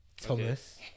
thomas